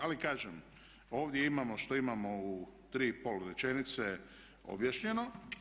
Ali kažem ovdje imamo što imao u tri i pol rečenice objašnjeno.